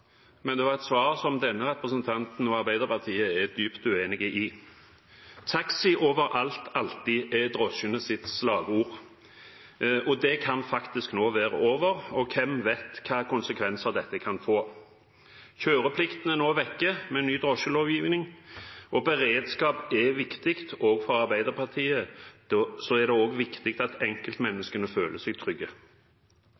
men det var et svar som denne representanten og Arbeiderpartiet er dypt uenig i. «Taxi – overalt, alltid» er drosjene sitt slagord. Det kan faktisk nå være over, og hvem vet hva slags konsekvenser dette kan få. Kjøreplikten er nå vekk med ny drosjelovgivning. Beredskap er viktig, og for Arbeiderpartiet er det også viktig at